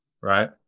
Right